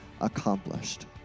accomplished